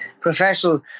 professional